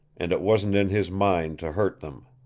and it wasn't in his mind to hurt them.